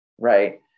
Right